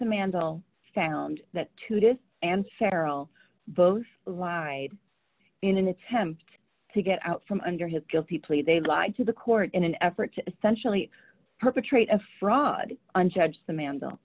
commando found that to this and federal both lie in an attempt to get out from under his guilty plea they lied to the court in an effort to centrally perpetrate a fraud on judge the mand